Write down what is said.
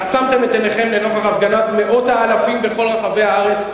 עצמתכם את עיניכם לנוכח הפגנת מאות האלפים בכל רחבי הארץ.